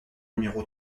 numéro